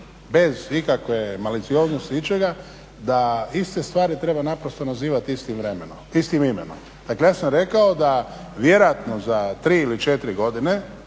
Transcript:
malicioznosti, ičega da iste stvari treba naprosto nazivati istim imenom. Dakle, ja sam rekao da vjerojatno za tri ili četiri godine